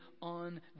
on